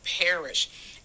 perish